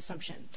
assumption